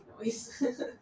noise